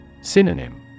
Synonym